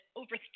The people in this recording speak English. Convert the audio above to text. over